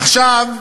עכשיו,